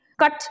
cut